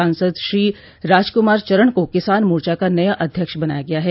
सांसद श्री राजकुमार चरण को किसान मोर्चा का नया अध्यक्ष बनाया गया है